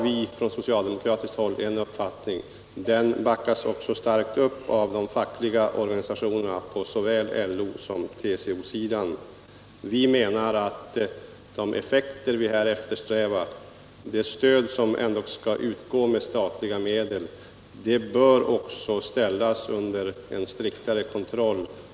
Vi inom socialdemokratin har där en uppfattning, och den backas också upp starkt av de fackliga organisationerna på såväl LO som TCO-sidan. Vi menar att de effekter som vi eftersträvar, alltså det stöd som ändå skall utgå med statliga medel, också bör ställas under en mera strikt kontroll.